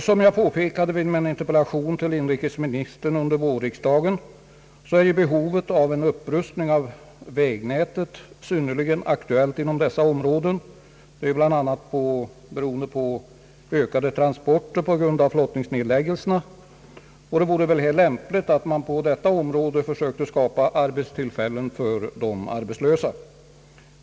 Som jag påpekade i min interpellation till inrikesministern under vårriksdagen är ju behovet av en upprustning av vägnätet synnerligen aktuellt inom dessa områden, bl.a. beroende på ökade transporter på grund av flottningsnedläggelserna. Det vore väl lämpligt att man på detta område försökte skapa arbetstillfällen för de arbetslösa.